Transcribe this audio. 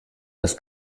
das